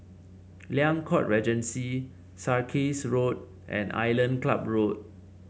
Liang Court Regency Sarkies Road and Island Club Road